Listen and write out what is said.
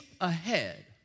ahead